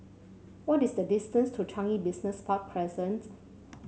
what is the distance to Changi Business Park Crescent